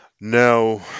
Now